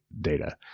data